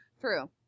true